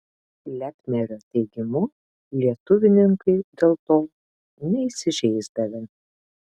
lepnerio teigimu lietuvininkai dėl to neįsižeisdavę